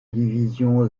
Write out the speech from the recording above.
division